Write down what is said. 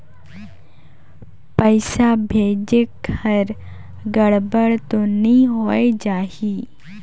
पइसा भेजेक हर गड़बड़ तो नि होए जाही?